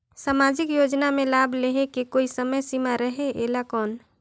समाजिक योजना मे लाभ लहे के कोई समय सीमा रहे एला कौन?